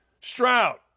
Stroud